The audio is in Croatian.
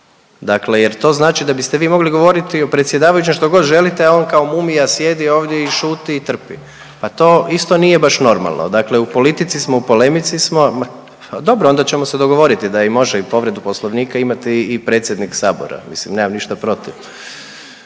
dakle jer to znači da biste vi mogli govoriti o predsjedavajućem štogod želite, a on kao mumija ovdje sjedi ovdje i šuti i trpi, pa to isto nije baš normalno. Dakle, u politici smo u polemici smo, ma dobro onda ćemo se dogovoriti da i može i povredu poslovnika imati i predsjednik Sabora, mislim nemam ništa protiv.